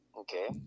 Okay